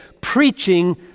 Preaching